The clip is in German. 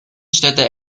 städte